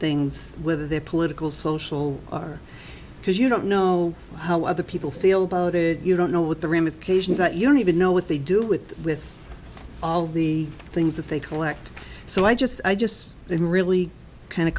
things whether they're political social or because you don't know how other people feel about it you don't know what the ramifications that you don't even know what they do with with all of the things that they collect so i just i just don't really kind